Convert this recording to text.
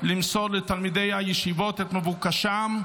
למסור לתלמידי הישיבות את מבוקשם,